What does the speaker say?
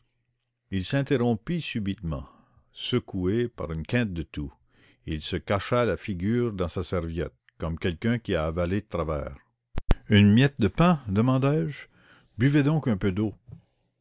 il s'interrompit subitement secoué par une quinte de toux et il se cacha la figure dans sa serviette comme quelqu'un qui a avalé de travers une miette de pain lui demandai-je buvez donc un peu d'eau